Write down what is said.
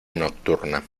nocturna